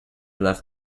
left